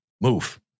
Move